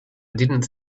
didn’t